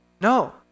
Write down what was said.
No